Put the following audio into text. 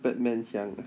bad man hiang ah